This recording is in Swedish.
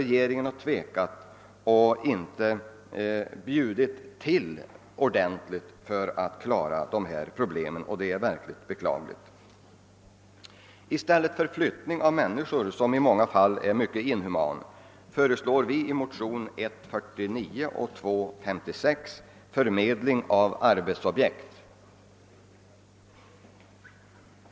Regeringen har tvekat och inte bjudit till ordentligt för att klara dessa problem, och det är verkligen beklagligt. I stället för flyttning av människor, som i många fall är något mycket inhumant, föreslår vi i motionerna I: 49 och II: 56 förmedling av arbetsobjekt.